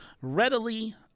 Readily